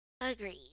Agreed